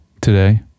today